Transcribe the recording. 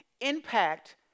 impact